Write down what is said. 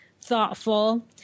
thoughtful